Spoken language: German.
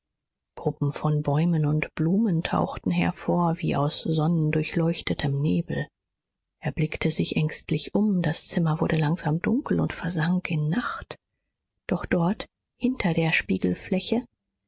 gruppen von bäumen und blumen tauchten hervor wie aus sonnendurchleuchtetem nebel er blickte sich ängstlich um das zimmer wurde langsam dunkel und versank in nacht doch dort hinter der spiegelfläche